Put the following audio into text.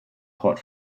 hot